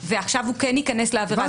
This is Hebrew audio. ועכשיו הוא כן ייכנס לעבירה הזאת.